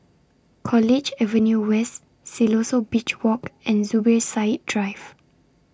College Avenue West Siloso Beach Walk and Zubir Said Drive